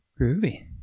Groovy